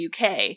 UK